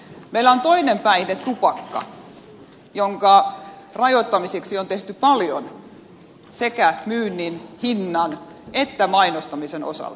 meillä on toinen päihde tupakka jonka rajoittamiseksi on tehty paljon sekä myynnin hinnan että mainostamisen osalta